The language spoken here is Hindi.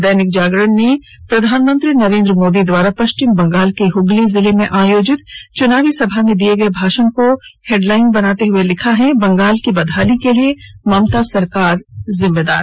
दैनिक जागरण ने प्रधानमंत्री नरेंद्र मोदी द्वारा पश्चिम बंगाल के हुगली जिले में आयोजित चुनावी सभा में दिए गए भाषण को हेडलाइन बनाते हुए लिखा है बंगाल की बदहाली को ॅलिए ममता सरकार जिम्मेदार